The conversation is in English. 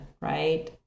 Right